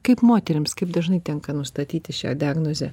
kaip moterims kaip dažnai tenka nustatyti šią diagnozę